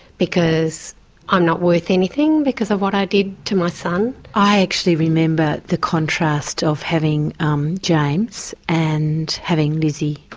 because i'm not worth anything because of what i did to my son. i actually remember the contrast of having um james and having lizzy.